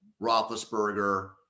Roethlisberger